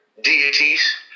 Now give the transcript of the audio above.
deities